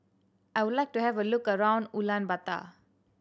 I would like to have a look around Ulaanbaatar